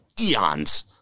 eons